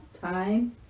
time